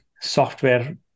software